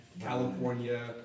California